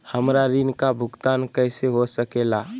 हमरा ऋण का भुगतान कैसे हो सके ला?